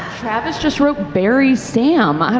travis just wrote bury sam,